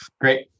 Great